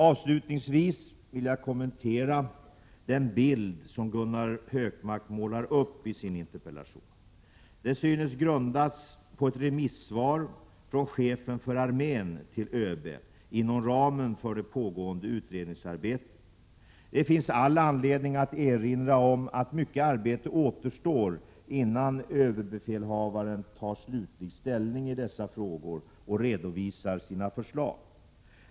Avslutningsvis vill jag kommentera den bild som Gunnar Hökmark målar upp i sin interpellation. Den synes grundas på ett remissvar från chefen för armén till ÖB inom ramen för det pågående utredningsarbetet. Det finns all anledning att erinra om att mycket arbete återstår innan ÖB tar slutlig ställning i dessa frågor och redovisar sina förslag.